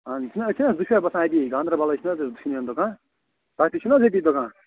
اَہَن حظ أسۍ چھِنا زٕ شاپ آسان اَتی گانٛدربَلے چھِنا حظ اَسہِ دۅشوٕنٮ۪ن دُکان تۄہہِ تہِ چھُو نہَ حظ أتی دُکان